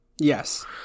Yes